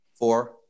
four